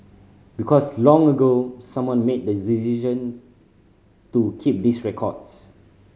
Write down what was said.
because long ago someone made the decision to keep these records